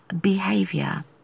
behavior